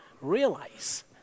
realize